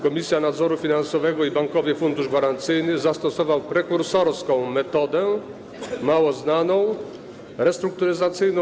Komisja Nadzoru Finansowego i Bankowy Fundusz Gwarancyjny zastosowały prekursorską, mało znaną metodę restrukturyzacyjną.